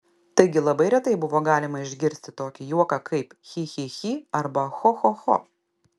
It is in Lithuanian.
taigi labai retai buvo galima išgirsti tokį juoką kaip chi chi chi arba cho cho cho